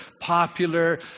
popular